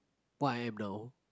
what I am now